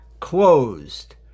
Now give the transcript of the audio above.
closed